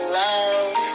love